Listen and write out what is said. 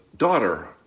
daughter